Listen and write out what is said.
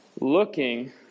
Looking